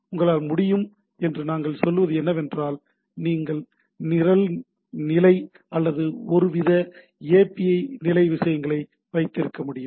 உங்களால் முடியும் என்று நாங்கள் சொல்வது என்னவென்றால் நீங்கள் நிரல் நிலை அல்லது ஒருவித ஏபிஐ நிலை விஷயங்களை வைத்திருக்க முடியும்